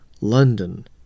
London